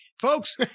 Folks